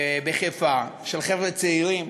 בחיפה, של חבר'ה צעירים,